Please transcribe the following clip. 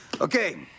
Okay